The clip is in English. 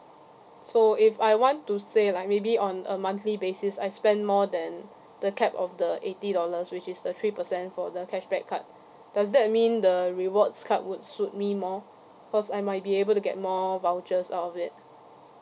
so if I want to say like maybe on a monthly basis I spend more than the cap of the eighty dollars which is the three percent for the cashback card does that mean the rewards card would suit me more because I might be able to get more vouchers out of it